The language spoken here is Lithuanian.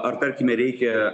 ar tarkime reikia